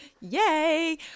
Yay